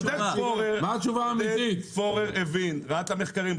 עודד פורר ראה את המחקרים,